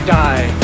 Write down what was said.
die